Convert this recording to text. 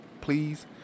please